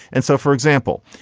and so, for example,